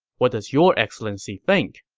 what does your excellency think?